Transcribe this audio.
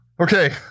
Okay